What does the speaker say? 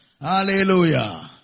Hallelujah